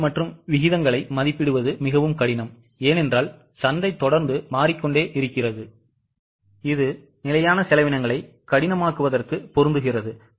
விலைகள் மற்றும் விகிதங்களை மதிப்பிடுவது மிகவும் கடினம் ஏனென்றால் சந்தை தொடர்ந்து மாறிக்கொண்டே இருக்கிறது இது நிலையான செலவினங்களை கடினமாக்குவதற்கு பொருந்துகிறது